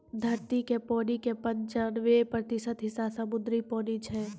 धरती के पानी के पंचानवे प्रतिशत हिस्सा समुद्री पानी छै